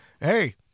hey